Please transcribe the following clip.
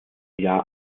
jahr